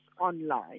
online